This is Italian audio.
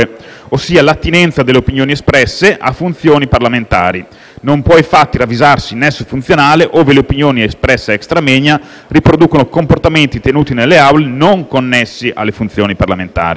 ossia l'attinenza delle opinioni espresse a funzioni parlamentari. Non può infatti ravvisarsi nesso funzionale ove le opinioni espresse *extra moenia* riproducano comportamenti tenuti nelle Aule non connessi alle funzioni parlamentari.